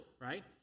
right